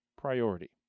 priority